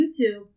YouTube